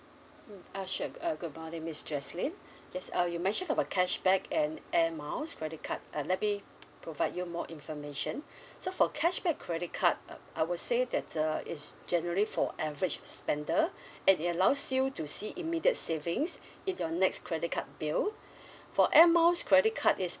mm ah sure uh good morning miss jesselyn yes uh you mentioned about cashback and air miles credit card uh let me provide you more information so for cashback credit card uh I would say that uh it's generally for average spender and it allows you to see immediate savings in your next credit card bill for air miles credit card it's